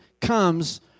comes